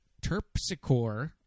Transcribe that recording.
Terpsichore